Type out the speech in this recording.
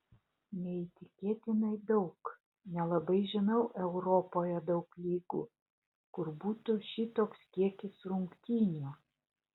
neįtikėtinai daug nelabai žinau europoje daug lygų kur būtų šitoks kiekis rungtynių